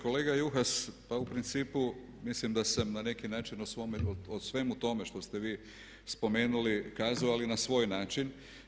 Kolega Juhas, pa u principu mislim da sam na neki način o svemu tome što ste vi spomenuli kazao, ali na svoj način.